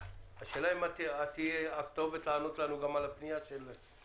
השאלה אם את תהיי גם הכתובת לענות לנו על הפנייה הזו.